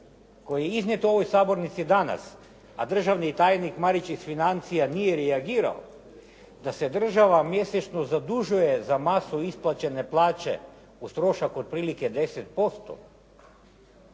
koji je iznijet u ovoj sabornici danas, a državni tajnik Marić iz financija nije reagirao da se država mjesečno zadužuje za masu isplaćene plaće uz trošak otprilike 10%.